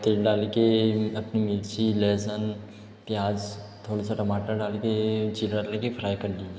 तेल डाल के अपनी मिर्ची लहसुन प्याज़ थोड़ा सा टमाटर डाल के ज़ीरा रख ले कर फ्राय कर लीजिए